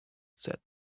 said